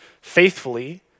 faithfully